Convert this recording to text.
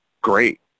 Great